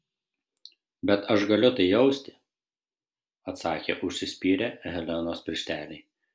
bet aš galiu tai jausti atsakė užsispyrę helenos piršteliai